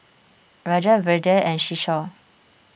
Rajat Vedre and Kishore